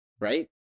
right